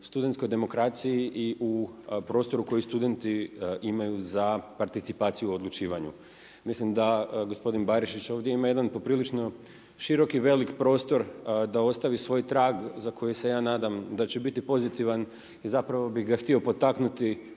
u studenskoj demokraciji i u prostoru koji studenti imaju za participaciju u odlučivanju. Mislim da gospodin Barišić ovdje ima jedan poprilično širok i veliki prostor da ostavi svoj trag za koji se ja nadam da će biti pozitivan i zapravo bih ga htio potaknuti